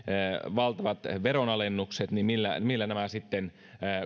valtavat veronalennukset niin millä nämä sitten